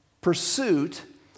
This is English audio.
pursuit